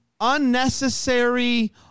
unnecessary